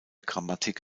grammatik